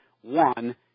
One